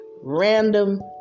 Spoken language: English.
Random